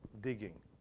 digging